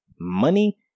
money